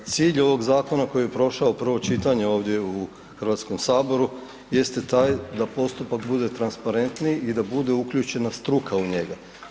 Cilj ovog zakona koji je prošao prvo čitanje ovdje u Hrvatskom saboru jeste taj da postupak bude transparentniji i da budu uključena struka u njega.